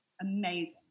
Amazing